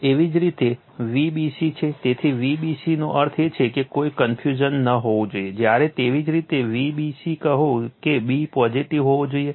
એવી જ રીતે Vbc છે તેથી Vbc નો અર્થ છે કે કોઈ કન્ફ્યુઝન ન હોવું જોઈએ જ્યારે તેવી જ રીતે Vbc કહો કે b પોઝિટીવ હોવો જોઈએ